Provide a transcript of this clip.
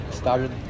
started